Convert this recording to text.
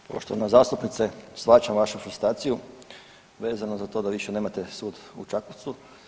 Poštovana zastupnice, shvaćam vašu frustraciju vezano za to da više nemate sud u Čakovcu.